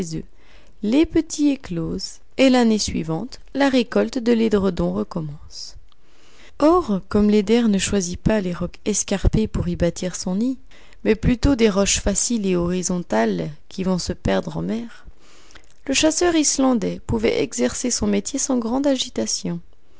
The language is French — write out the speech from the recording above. les petits éclosent et l'année suivante la récolte de l'édredon recommence nom donné aux golfes étroits dans les pays scandinaves or comme l'eider ne choisit pas les rocs escarpés pour y bâtir son nid mais plutôt des roches faciles et horizontales qui vont se perdre en mer le chasseur islandais pouvait exercer son métier sans grande agitation